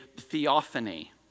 theophany